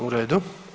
U redu.